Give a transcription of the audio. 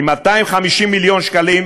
עם 250 מיליון שקלים,